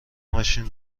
ماشین